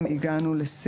אנחנו רוצים לנסות להעביר